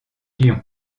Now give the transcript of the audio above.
lyon